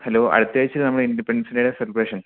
hello അടുത്തയാഴ്ച്ച നമ്മുടെ independence ഡേയുടെ സെലിബ്രേഷൻ